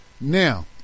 Now